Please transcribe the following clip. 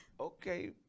Okay